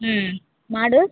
ம் மாடு